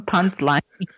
Punchline